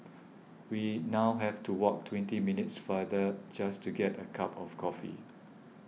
we now have to walk twenty minutes farther just to get a cup of coffee